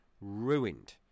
ruined